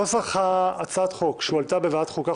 נוסח הצעת החוק שהועלתה בוועדת החוקה,